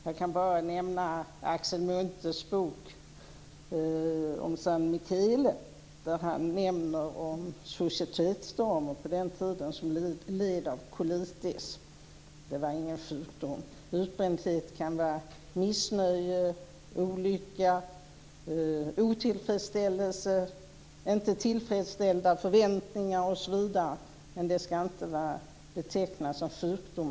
Jag kan bara nämna Axel Munthes bok om San Michele, där han nämner societetsdamer som led av colitis. Det var ingen sjukdom. Utbrändhet kan vara missnöje, olycka, otillfredsställelse, icke tillfredsställda förväntningar, osv., men det ska inte betecknas som sjukdom.